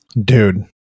dude